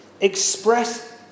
Express